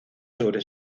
sobre